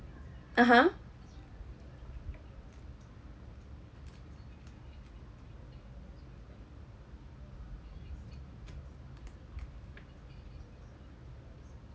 (uh huh)